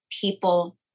people